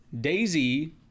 Daisy